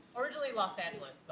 originally los angeles